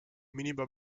minibar